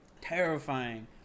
terrifying